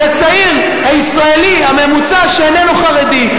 לצעיר הישראלי הממוצע שאיננו חרדי,